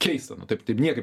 keista nu taip taip niekaip